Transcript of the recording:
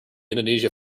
indonesia